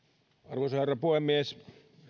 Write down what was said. arvoisa herra puhemies pidän